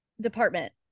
department